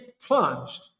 plunged